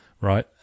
right